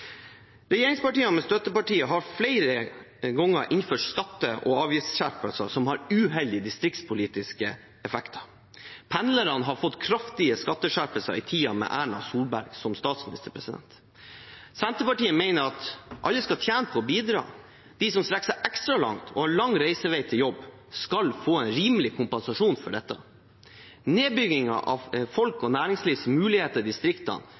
Regjeringspartiene med støttepartier har flere ganger innført skatte- og avgiftsskjerpelser som har uheldige distriktspolitiske effekter. Pendlerne har fått kraftige skatteskjerpelser i tiden med Erna Solberg som statsminister. Senterpartiet mener at alle skal tjene på å bidra. De som strekker seg ekstra langt og har lang reisevei til jobb, skal få en rimelig kompensasjon for dette. Nedbyggingen av folks og næringslivs muligheter i distriktene,